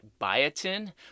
biotin